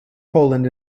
poland